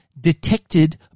detected